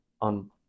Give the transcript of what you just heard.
on –